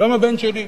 גם הבן שלי,